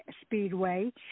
Speedway